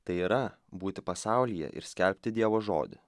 tai yra būti pasaulyje ir skelbti dievo žodį